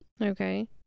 Okay